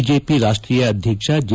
BJP ರಾಷ್ಟೀಯ ಅಧ್ಯಕ್ಷ J